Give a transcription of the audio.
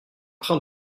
train